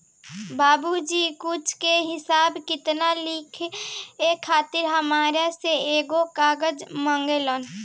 बाबुजी कुछ के हिसाब किताब लिखे खातिर हामरा से एगो कागज मंगलन